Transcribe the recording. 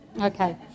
Okay